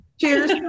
Cheers